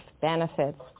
benefits